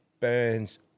Burns